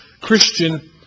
Christian